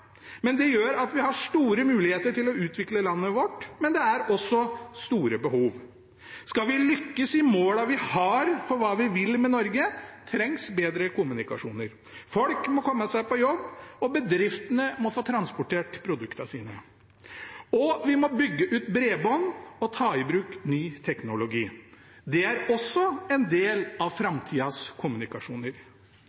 men det er også store behov. Skal vi lykkes med de målene vi har for hva vi vil med Norge, trengs bedre kommunikasjoner. Folk må komme seg på jobb, og bedriftene må få transportert produktene sine. Vi må bygge ut bredbånd og ta i bruk ny teknologi. Det er også en del av